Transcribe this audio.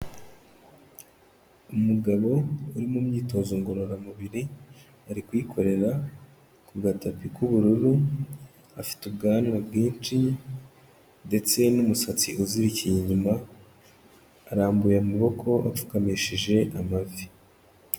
Umugabo uri mu myitozo ngororamubiri, ari kuyikorera ku gatapi k'ubururu, afite ubwanwa bwinshi ndetse n'umusatsi uzirikiye inyuma, arambuye amaboko, apfukamishije amavi.